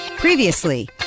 Previously